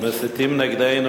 מסיתים נגדנו,